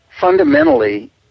fundamentally